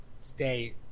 stay